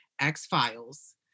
X-Files